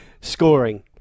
scoring